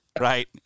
right